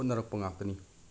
ꯍꯣꯠꯅꯔꯛꯄ ꯉꯥꯛꯇꯅꯤ